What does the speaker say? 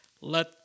let